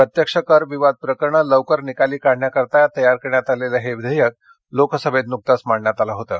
प्रत्यक्ष कर विवाद प्रकरणे लवकर निकाली काढण्याकरीता तयार करण्यात आलेलं हे विधेयक लोकसभेत नुकतच मांडण्यात आलं होतं